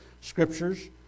scriptures